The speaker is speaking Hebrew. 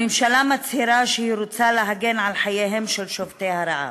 הממשלה מצהירה שהיא רוצה להגן על חייהם של שובתי הרעב,